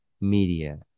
media